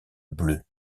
bleue